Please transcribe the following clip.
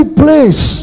place